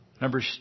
Number